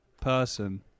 person